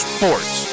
Sports